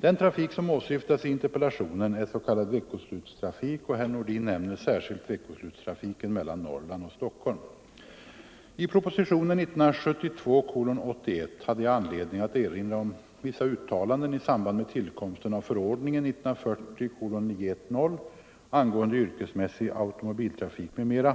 Den trafik som åsyftas i interpellationen är s.k. veckoslutstrafik, och herr Nordin nämner särskilt veckoslutstrafiken mellan: Norrland och Stockholm. I propositionen 1972:81 hade jag anledning att erinra om vissa uttalanden i samband med tillkomsten av förordningen angående yrkesmässig automobiltrafik m.m.